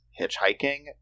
hitchhiking